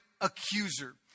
accuser